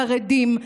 חרדים,